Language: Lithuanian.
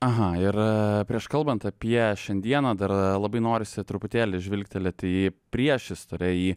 aha ir prieš kalbant apie šiandieną dar labai norisi truputėlį žvilgtelėti į priešistorę į